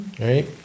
Right